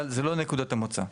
אבל זה לא נקודת המוצא,